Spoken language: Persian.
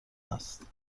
است